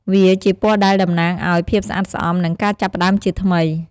វាជាពណ៌ដែលតំណាងឱ្យ ភាពស្អាតស្អំ និងការចាប់ផ្ដើមជាថ្មី។